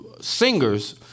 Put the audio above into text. singers